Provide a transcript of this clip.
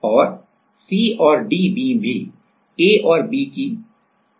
और C और D beam भी A और B की तरह है